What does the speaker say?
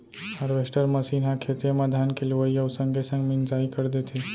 harvester machine ह खेते म धान के लुवई अउ संगे संग मिंसाई कर देथे